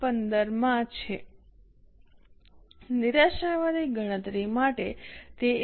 15 માં છે નિરાશાવાદી ગણતરી માટે તે ૧